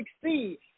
succeed